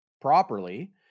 properly